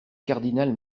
cardinal